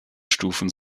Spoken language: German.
stufen